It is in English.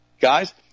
Guys